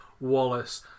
Wallace